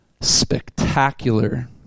spectacular